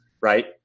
right